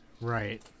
right